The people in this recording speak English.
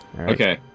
Okay